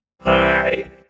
Hi